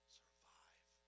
survive